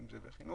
אם זה בחינוך,